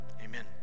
amen